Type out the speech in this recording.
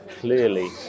clearly